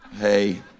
hey